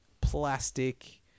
plastic